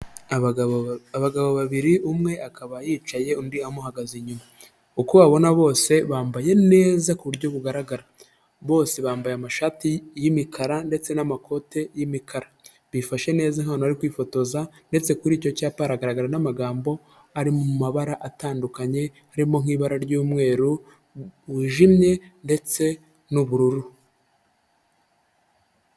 Abagabo babiri umwe akaba yicaye undi amuhagaze inyuma, uko babona bose bambaye neza ku buryo bugaragara, bose bambaye amashati y'imikara ndetse n'amakoti y'imikara, bifashe neza nk'abantu bari kwifotoza ndetse kuri icyo cyapa hagaragara n'amagambo ari mu mabara atandukanye harimo nk'ibara ry'umweru wijimye ndetse n'ubururu.